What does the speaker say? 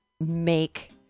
make